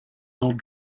old